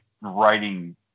writing